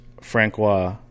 Francois